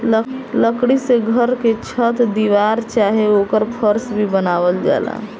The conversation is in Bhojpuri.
लकड़ी से घर के छत दीवार चाहे ओकर फर्स भी बनावल जाला